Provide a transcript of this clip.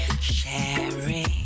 sharing